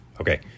okay